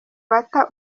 bata